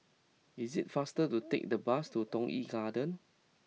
is it faster to take the bus to Toh Yi Garden